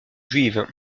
juive